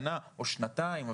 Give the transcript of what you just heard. שנה או שנתיים,